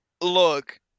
Look